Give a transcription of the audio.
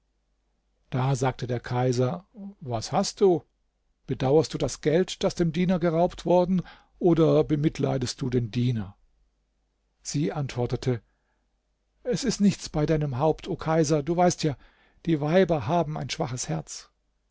da sagte der kaiser was hast du bedauerst du das geld das dem diener geraubt worden oder bemitleidest du den diener sie antwortete es ist nichts bei deinem haupt o kaiser du weißt ja die weiber haben ein schwaches herz